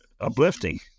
uplifting